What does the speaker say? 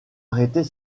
arrêter